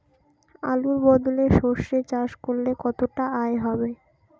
আলুর বদলে সরষে চাষ করলে কতটা আয় হবে?